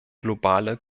globale